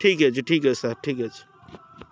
ଠିକ୍ ଅଛି ଠିକ୍ ଅଛି ସାର୍ ଠିକ୍ ଅଛି